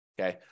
okay